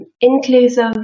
inclusive